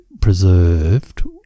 preserved